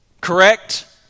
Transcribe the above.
Correct